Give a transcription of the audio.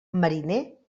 mariner